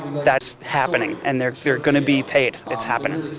that's happening and they're they're going to be paid. it's happening.